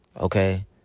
okay